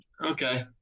okay